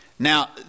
Now